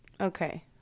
Okay